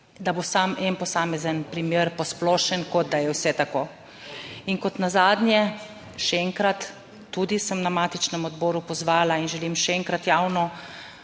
da bo samo en posamezen primer posplošen, kot da je vse tak. In, in kot nazadnje še enkrat, tudi sem na matičnem odboru pozvala in želim še enkrat, javno